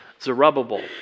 Zerubbabel